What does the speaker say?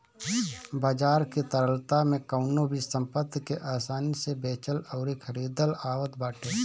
बाजार की तरलता में कवनो भी संपत्ति के आसानी से बेचल अउरी खरीदल आवत बाटे